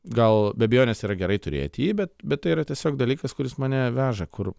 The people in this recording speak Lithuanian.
gal be abejonės yra gerai turėti jį bet bet tai yra tiesiog dalykas kuris mane veža kur